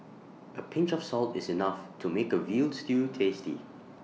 A pinch of salt is enough to make A Veal Stew tasty